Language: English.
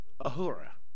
Ahura